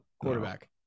Quarterback